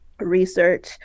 research